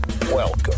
Welcome